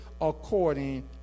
according